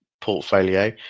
portfolio